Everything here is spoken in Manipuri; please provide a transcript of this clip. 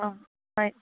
ꯑꯥ ꯍꯣꯏ